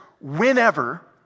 whenever